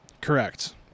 Correct